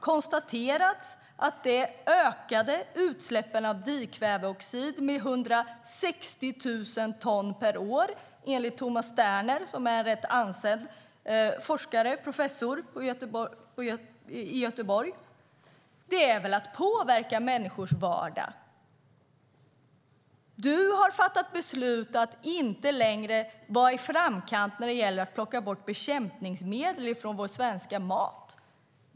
Tomas Sterner, som är en ansedd forskare och professor i Göteborg, har konstaterat att det ökade utsläppen av dikväveoxid med 160 000 ton per år. Det är väl att påverka människors vardag. Du, Eskil Erlandsson, har fattat beslutet att inte längre vara i framkant när det gäller att plocka bort bekämpningsmedel från vår svenska mat.